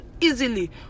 easily